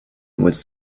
was